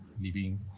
living